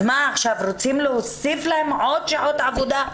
אז מה עכשיו, רוצים להוסיף להן עוד שעות עבודה?